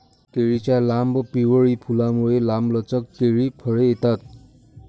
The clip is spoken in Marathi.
केळीच्या लांब, पिवळी फुलांमुळे, लांबलचक केळी फळे येतात